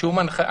שום הנחיה,